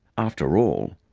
after all,